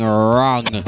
wrong